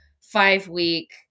five-week